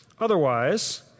Otherwise